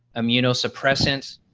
immunosuppressants,